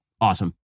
awesome